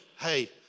hey